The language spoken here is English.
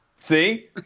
See